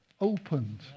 opened